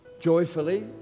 joyfully